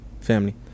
family